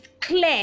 clear